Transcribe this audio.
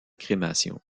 crémation